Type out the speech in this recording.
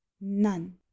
none